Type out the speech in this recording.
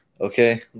okay